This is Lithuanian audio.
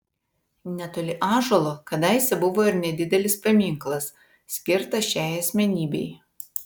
netoli ąžuolo kadaise buvo ir nedidelis paminklas skirtas šiai asmenybei